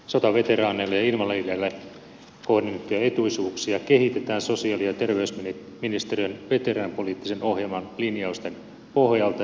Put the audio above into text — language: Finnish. sotaveteraaneille ja invalideille kohdennettuja etuisuuksia kehitetään sosiaali ja terveysministeriön veteraanipoliittisen ohjelman linjausten pohjalta